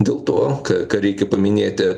dėl to ką reikia paminėti